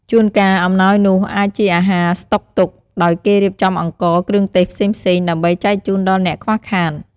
ជូនកាលអំណោយនោះអាចជាអាហារស្តុកទុក ដោយគេរៀបចំអង្ករ គ្រឿងទេសផ្សេងៗ ដើម្បីចែកជូនដល់អ្នកខ្វះខាត។